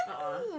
(uh huh)